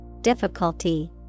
difficulty